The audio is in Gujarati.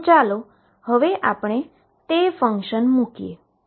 તો ચાલો આપણે તે ફંક્શન મુકીએ